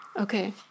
Okay